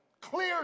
Clear